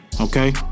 Okay